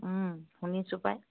শুনিছোঁ পাই